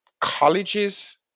colleges